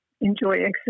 enjoy